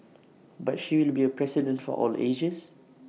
but she will be A president for all the ages